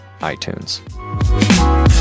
iTunes